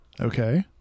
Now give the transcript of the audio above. Okay